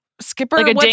Skipper